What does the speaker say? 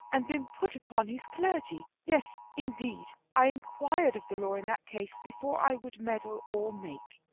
and been put upon his clergy. yes indeed, i enquired of the law in that case before i would meddle or make.